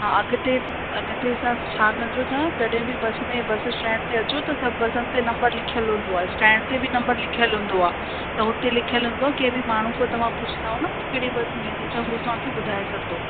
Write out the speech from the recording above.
हा अॻिते अॻिते सां छा कजो तव्हां जॾहिं बि बस में बस स्टैंड ते अचो त सभु बसियुनि ते नम्बर लिखियलु हूंदो आहे स्टैंड ते बि नम्बर लिखियलु हूंदो आहे त हुते लिखियलु हूंदो आहे कंहिं बि माण्हू खां तव्हां पुछंदव न की कहिड़ी बस वेंदी त हू तव्हांखे ॿुधाए छॾींदो